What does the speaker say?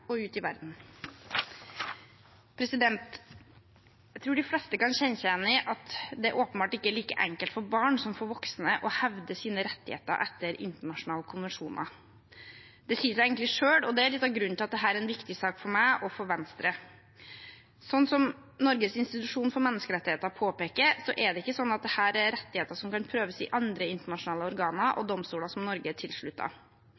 og ute i verden. Jeg tror de fleste kan kjenne seg igjen i at det åpenbart ikke er like enkelt for barn som for voksne å hevde sine rettigheter etter internasjonale konvensjoner. Det sier seg egentlig selv, og det er litt av grunnen til at dette er en viktig sak for meg og for Venstre. Som Norges institusjon for menneskerettigheter påpeker, er det ikke slik at dette er rettigheter som kan prøves i andre internasjonale organer